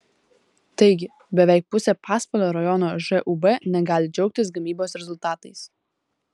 taigi beveik pusė pasvalio rajono žūb negali džiaugtis gamybos rezultatais